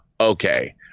okay